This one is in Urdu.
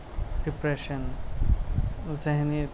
ڈپریشن ذہنی